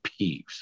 peeves